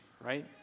right